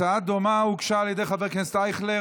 הצעה דומה הוגשה על ידי חבר הכנסת אייכלר.